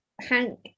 hank